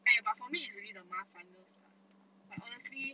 !aiya! but for me is really it's the ma fanness lah but honestly